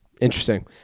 Interesting